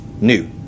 new